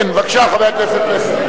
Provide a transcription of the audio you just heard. כן, בבקשה, חבר הכנסת פלסנר.